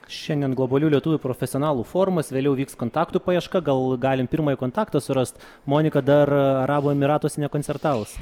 šiandien globalių lietuvių profesionalų forumas vėliau vyks kontaktų paieška gal galim pirmą kontaktą surast monika dar arabų emiratuose nekoncertavus